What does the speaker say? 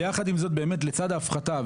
ויחד עם זאת לצד ההפחתה,